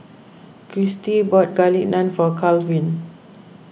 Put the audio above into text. Christie bought Garlic Naan for Kalvin